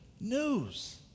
news